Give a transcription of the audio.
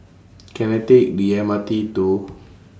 Can I Take The M R T to